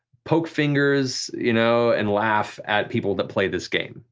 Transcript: poke fingers you know and laugh at people that play this game.